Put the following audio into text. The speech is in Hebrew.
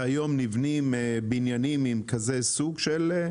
והיום נבנים בניינים עם כזה סוג של...